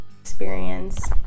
experience